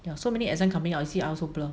there are so many exam coming out see I also blur